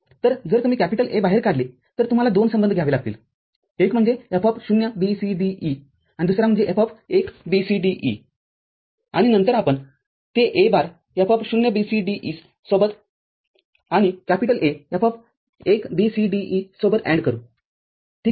तर जर तुम्ही A बाहेर काढले तर तुम्हाला दोन संबंध घ्यावे लागतीलएक म्हणजे F0BCDE आणि दुसरा म्हणजे F१BCDE आणि नंतर आपण ते A बार F0BCDE सोबत आणि A F१BCDE सोबत AND करू ठीक आहे